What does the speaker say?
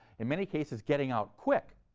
in many cases getting out quick,